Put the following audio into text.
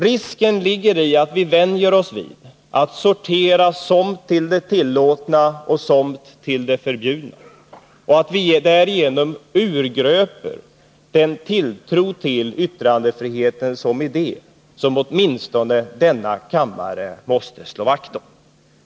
Risken ligger i att vi vänjer oss vid att sortera somt till det tillåtna och somt till det förbjudna och att vi därigenom urgröper den tilltro till yttrandefriheten som idé som åtminstone denna kammare måste slå vakt om.